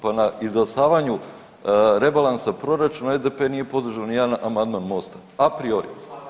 Pa na izglasavanju rebalansa proračuna, SDP nije podržao nijedan amandman Mosta, apriori.